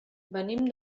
venim